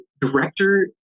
director